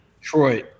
Troy